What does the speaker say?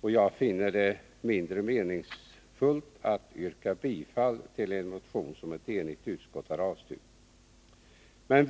Jag finner det mindre meningsfullt att yrka bifall till en motion som ett enigt utskott har avstyrkt, men